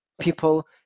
people